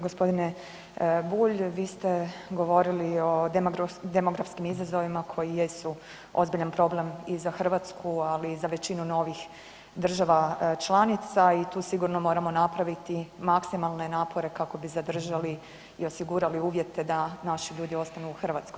Gospodine Bulj vi ste govorili o demografskim izazovima koji jesu ozbiljan problem i za Hrvatsku, ali i za većinu novih država članica i tu sigurno moramo napraviti maksimalne napore kako bi zadržali i osigurali uvjete da naši ljudi ostanu u Hrvatskoj.